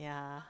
yeah